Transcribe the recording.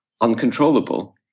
uncontrollable